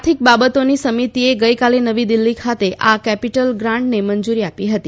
આર્થિક બાબતોની સમિતિએ ગઈકાલે નવી દિલ્હી ખાતે આ કેપિટલ ગ્રાન્ટને મંજુરી આપી હતી